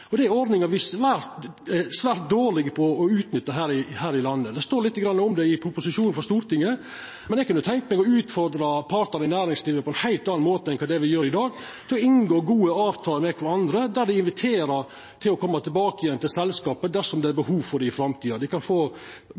Det er ordningar me er svært dårlege på å utnytta her i landet. Det står litt om det i proposisjonen til Stortinget, men eg kunne tenkja meg å utfordra partane i næringslivet, på ein heilt annan måte enn kva me gjer i dag, til å inngå gode avtalar med kvarandre, der dei inviterer til å koma tilbake igjen til selskapet dersom det er behov for dei i framtida. Dei kan få